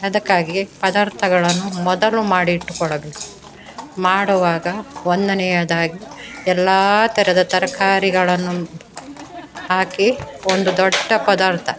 ಅದಕ್ಕಾಗಿ ಪದಾರ್ಥಗಳನ್ನು ಮೊದಲು ಮಾಡಿಟ್ಟುಕೊಳ್ಳಬೇಕು ಮಾಡುವಾಗ ಒಂದನೆಯದಾಗಿ ಎಲ್ಲ ಥರದ ತರಕಾರಿಗಳನ್ನು ಹಾಕಿ ಒಂದು ದೊಡ್ಡ ಪದಾರ್ಥ